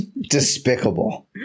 Despicable